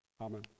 Amen